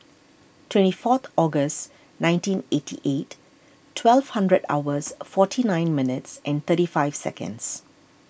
twenty fourth August nineteen eighty eight twelve hundred hours forty nine minutes and thirty five seconds